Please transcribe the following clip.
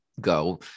go